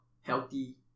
healthy